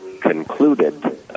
concluded